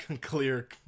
clear